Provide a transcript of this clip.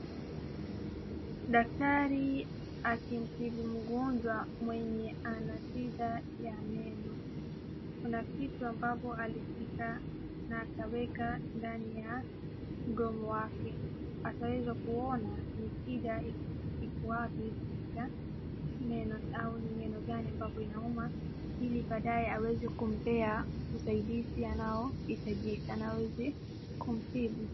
Daktari akimtibu mgonjwa mwenye ana shida ya meno, kuna kitu ambacho alishika na akaweka ndani ya mdomo wake, akaweze kuona shida iko wapi na ni meno gani ambayo inauma ili baadae aweze kumpea usaidizi ambayo inahitajika na aweze kumtibu.